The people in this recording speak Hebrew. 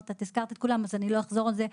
הזכרת את כולם אז לא אחזור על זה,